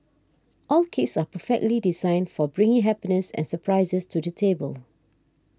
all cakes are perfectly designed for bringing happiness and surprises to the table